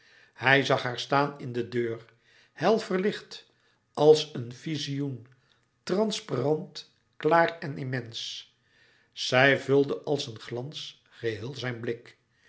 hij zag haar staan in de deur hel verlicht als een vizioen transparant klaar en immens zij vulde als een glans geheel zijn blik